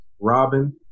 Robin